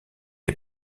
est